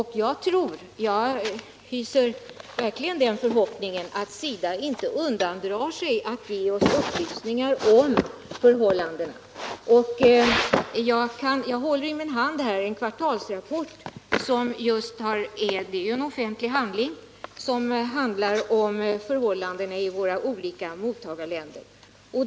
Jag hyser verkligen den förhoppningen att SIDA inte undandrar sig att ge oss upplysningar om förhållandena i länderna. Jag har i min hand en kvartalsrapport, en offentlig handling, som handlar om förhållandena i våra olika mottagarländer.